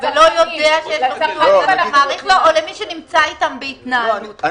ולא יודע, או למי שנמצא אתם בהתנהלות?